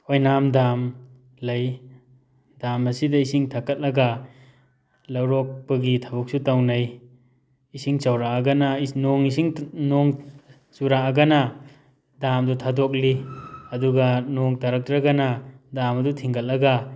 ꯑꯣꯏꯅꯥꯝ ꯗꯥꯝ ꯂꯩ ꯗꯥꯝ ꯑꯁꯤꯗ ꯏꯁꯤꯡ ꯊꯠꯀꯠꯂꯒ ꯂꯧꯔꯣꯛꯄꯒꯤ ꯊꯕꯛꯁꯨ ꯇꯧꯅꯩ ꯏꯁꯤꯡ ꯆꯥꯎꯔꯛꯑꯒꯅ ꯅꯣꯡ ꯏꯁꯤꯡ ꯅꯣꯡ ꯆꯨꯔꯛꯑꯒꯅ ꯗꯥꯝꯗꯣ ꯊꯥꯗꯣꯛꯂꯤ ꯑꯗꯨꯒ ꯅꯣꯡ ꯇꯥꯔꯛꯇ꯭ꯔꯒꯅ ꯗꯥꯝ ꯑꯗꯨ ꯊꯤꯡꯒꯠꯂꯒ